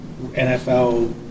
NFL